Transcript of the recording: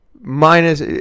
minus